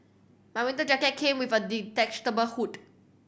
my winter jacket came with a detachable hood